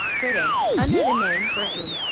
trading under the name virgin,